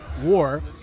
war